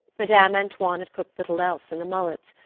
madame antoine had cooked little else than the mullets,